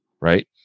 Right